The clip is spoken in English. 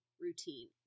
routine